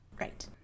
Right